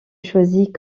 choisit